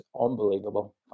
unbelievable